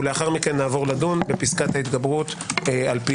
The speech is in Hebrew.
ולאחר מכן נעבור לדון בפסקת ההתגברות על פי